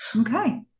okay